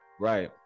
Right